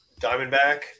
diamondback